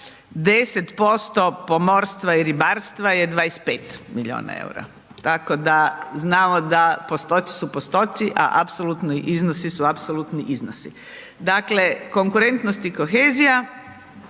10% pomorstva i ribarstva je 25 milijuna eura. Tako da znamo da postoci su postoci a apsolutni iznosi su apsolutni iznosi su apsolutni iznosi. Dakle konkurentnost i kohezija